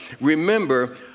Remember